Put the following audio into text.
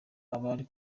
abari